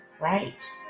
right